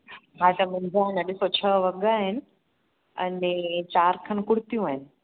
हा त मुंहिंजा हाणे ॾिसो छह वॻा आहिनि अने चारि खनि कुर्तियूं आहिनि